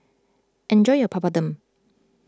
enjoy your Papadum